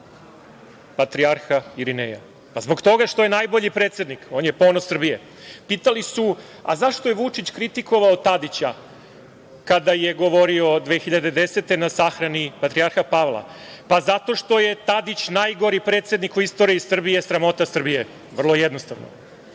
patrijarha Irineja? Pa, zbog toga što je najbolji predsednik. On je ponos Srbije. Pitali su zašto je Vučić kritikovao Tadića kada je govorio 2010. godine na sahrani patrijarha Pavla? Pa, zato što je Tadić najgori predsednik u istoriji Srbije, sramota Srbije. Vrlo jednostavno. Tražim